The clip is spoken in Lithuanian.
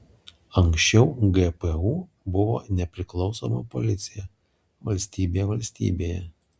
anksčiau gpu buvo nepriklausoma policija valstybė valstybėje